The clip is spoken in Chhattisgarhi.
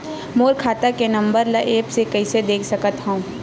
मोर खाता के नंबर ल एप्प से कइसे देख सकत हव?